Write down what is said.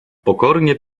pokornie